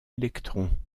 électron